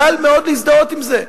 קל מאוד להזדהות עם זה.